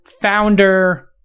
founder